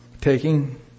taking